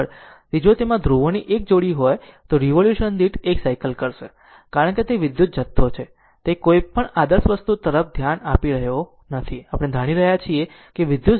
તેથી જો તેમાં ધ્રુવોની 1 જોડી હોય તો તે રીવોલ્યુશન દીઠ 1 સાયકલ કરશે કારણ કે તે વિદ્યુત જથ્થો છે તે કોઈ પણ આદર્શ વસ્તુ તરફ ધ્યાન આp રહ્યો નથી આપણે ધારી રહ્યા છીએ વિદ્યુત વસ્તુ N